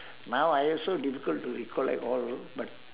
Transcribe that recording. now I also difficult to recollect all but